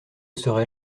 serait